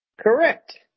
Correct